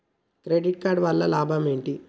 Credit card వల్ల లాభం ఏంటి?